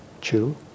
chew